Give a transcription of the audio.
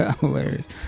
Hilarious